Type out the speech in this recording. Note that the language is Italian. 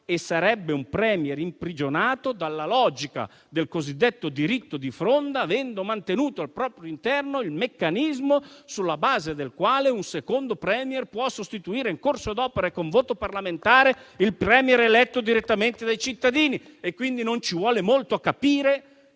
del bicameralismo perfetto e dalla logica del cosiddetto diritto di fronda, avendo mantenuto al proprio interno il meccanismo sulla base del quale un secondo *Premier* può sostituire in corso d'opera e con voto parlamentare quello eletto direttamente dai cittadini. Non ci vuole molto a capire